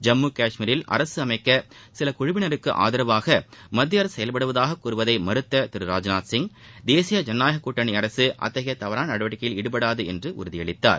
ஜம்மு கவஷ்மீரில் அரசு அமைக்க சில குழுவினருக்கு ஆதரவாக மத்திய அரசு செயவ்படுவதாக கூறுவதை மறுத்த திரு ராஜ்நாத் தேசிய ஜனநாயக கூட்டணி அரசு அத்தகைய தவறான நடவடிக்கையில் ஈடுபடாது என்று அவர் உறுதியளித்தார்